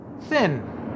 thin